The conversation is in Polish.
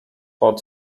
pod